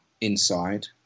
inside